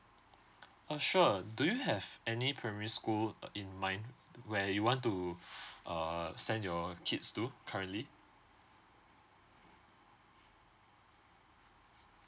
uh sure do you have any primary school uh in mind where you want to err send your kids to currently